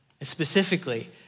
Specifically